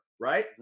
right